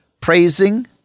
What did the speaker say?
Praising